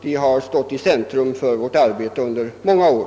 De har stått i centrum för vårt arbete under många år.